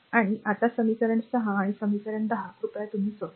तर आता समीकरण 6 आणि समीकरण 10 कृपया तुम्ही सोडवा